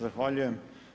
Zahvaljujem.